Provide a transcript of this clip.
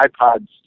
iPods